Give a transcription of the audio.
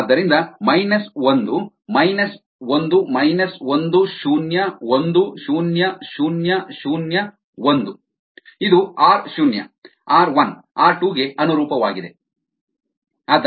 ಆದ್ದರಿಂದ ಮೈನಸ್ ಒಂದು ಮೈನಸ್ ಒಂದು ಮೈನಸ್ ಒಂದು ಶೂನ್ಯ ಒಂದು ಶೂನ್ಯ ಶೂನ್ಯ ಶೂನ್ಯ ಒಂದು ಇದು ಆರ್ ಶೂನ್ಯ ಆರ್ 1 ಆರ್ 2 ಗೆ ಅನುರೂಪವಾಗಿದೆ